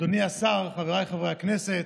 אדוני השר, חבריי חברי הכנסת,